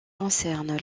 concerne